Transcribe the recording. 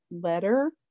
letter